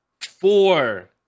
four